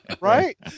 right